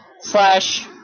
slash